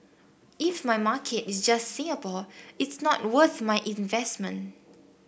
if my market is just Singapore it's not worth my investment